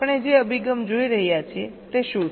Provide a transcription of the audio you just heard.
તો આપણે જે અભિગમ જોઈ રહ્યા છીએ તે શું છે